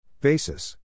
Basis